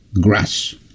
grass